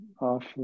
off